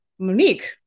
Monique